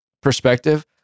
perspective